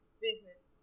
business